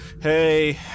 hey